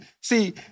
see